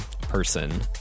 person